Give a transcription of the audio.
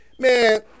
man